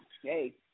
Hey